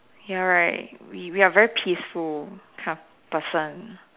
ya right we we are very peaceful kind of person